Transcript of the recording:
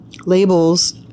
Labels